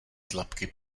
tlapky